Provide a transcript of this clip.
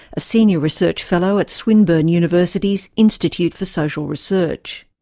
a senior research fellow at swinburne university's institute for social research.